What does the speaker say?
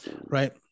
right